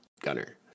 Gunner